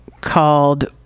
called